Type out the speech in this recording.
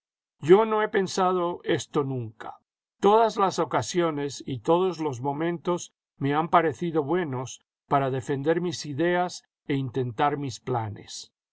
yo no he pensado esto nunca todas las ocasiones y todos los momentos me han parecido buenos para defender mis ideas e intentar mis planes